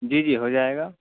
جی جی ہو جائے گا